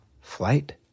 Flight